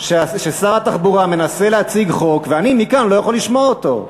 ששר התחבורה מנסה להציג חוק ואני מכאן לא יכול לשמוע אותו.